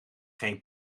geen